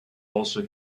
also